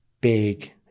big